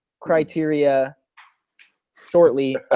criteria shortly.